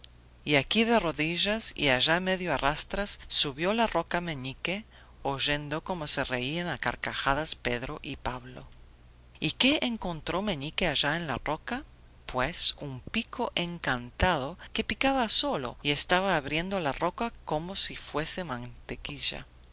y aquí de rodillas y allá medio a rastras subió la roca meñique oyendo como se reían a carcajadas pedro y pablo y qué encontró meñique allá en la roca pues un pico encantado que picaba solo y estaba abriendo la roca como si fuese mantequilla